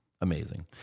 amazing